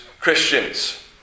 Christians